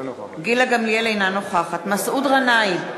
אינה נוכחת מסעוד גנאים,